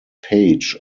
page